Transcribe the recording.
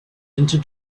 into